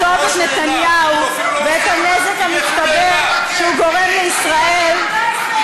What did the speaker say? את נתניהו ואת הנזק המצטבר שהוא גורם לישראל,